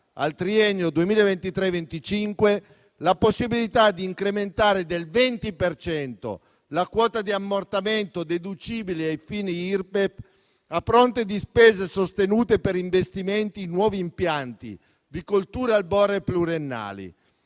al triennio 2023-2025 la possibilità di incrementare del 20 per cento la quota di ammortamento deducibile ai fini Irpef a fronte di spese sostenute per gli investimenti in nuovi impianti di colture arboree pluriennali.